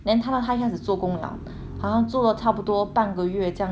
然后做了差不多半个月这样子吧做半个月之后呢